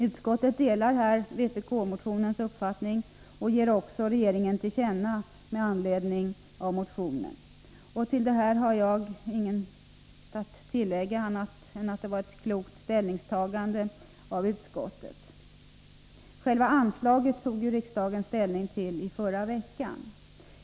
Utskottet delar här uppfattningen i vpk-motionen och gör också ett tillkännagivande till regeringen med anledning av motionen. Till detta har jag inget annat att tillägga än att det var ett klokt ställningstagande av utskottet. Själva anslaget tog riksdagen ju ställning till under förra veckan.